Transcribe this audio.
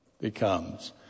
becomes